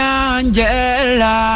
angela